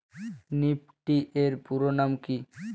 Nifty এর পুরোনাম কী?